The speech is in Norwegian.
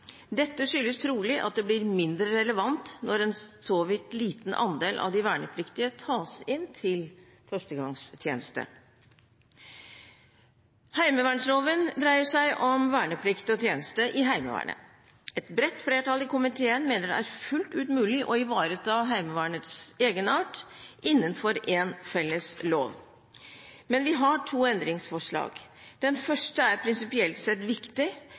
Dette skyldes trolig at det blir mindre relevant når en så vidt liten andel av de vernepliktige tas inn til førstegangstjeneste. Heimevernsloven dreier seg om verneplikt og tjeneste i Heimevernet. Et bredt flertall i komiteen mener det er fullt ut mulig å ivareta Heimevernets egenart innenfor en felles lov. Men vi har to endringsforslag. Det første er prinsipielt sett viktig.